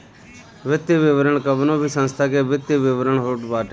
वित्तीय विवरण कवनो भी संस्था के वित्तीय विवरण होत बाटे